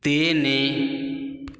ତିନି